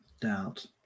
doubt